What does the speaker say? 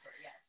yes